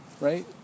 right